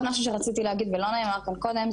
משהו שרציתי להגיד ולא נאמר כאן קודם,